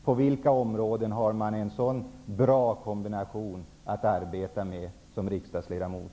På vilka andra områden har man en sådan bra kombination att arbeta med som riksdagsledamot?